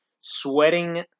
sweating